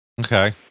Okay